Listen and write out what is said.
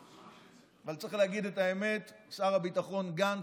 אבל צריך להגיד את האמת: שר הביטחון גנץ,